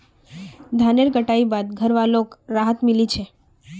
धानेर कटाई बाद घरवालोक राहत मिली छे